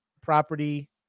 property